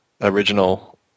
original